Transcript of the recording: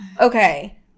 Okay